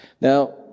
now